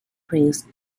prince